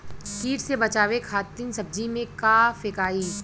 कीट से बचावे खातिन सब्जी में का फेकाई?